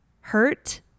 hurt